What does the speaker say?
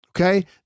Okay